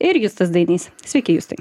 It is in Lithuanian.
ir justas dainys sveiki justai